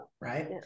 right